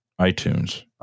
iTunes